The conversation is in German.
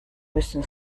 müssen